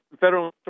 Federal